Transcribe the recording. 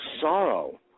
sorrow